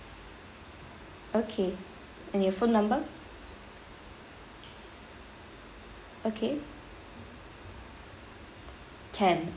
okay and your phone number okay can